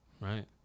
right